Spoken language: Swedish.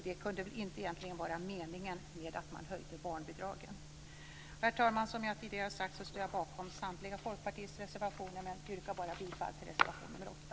Det var väl inte meningen med att man höjde barnbidragen. Herr talman! Som jag tidigare har sagt står jag bakom samtliga Folkpartiets reservationer men yrkar bifall enbart till reservation 8.